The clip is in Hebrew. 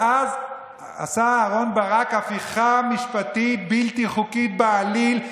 ואז עשה אהרן ברק הפיכה משפטית בלתי חוקית בעליל,